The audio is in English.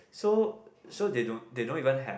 so so they don't they don't even have